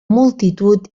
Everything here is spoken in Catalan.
multitud